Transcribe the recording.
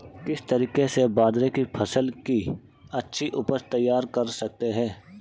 किस तरीके से बाजरे की फसल की अच्छी उपज तैयार कर सकते हैं?